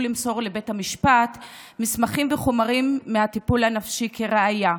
למסור לבית המשפט מסמכים וחומרים מהטיפול הנפשי כראיה.